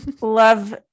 love